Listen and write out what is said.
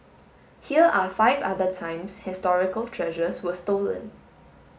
here are five other times historical treasures were stolen